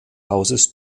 hauses